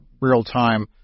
real-time